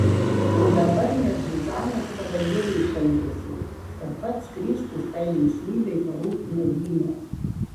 o dabar net zuzanos kavalieriai šaiposi kad pats kristus tai linksmybei parūpino vyno